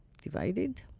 divided